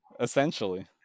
Essentially